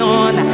on